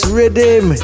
Rhythm